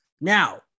Now